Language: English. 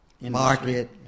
market